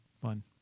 fun